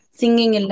singing